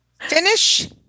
Finish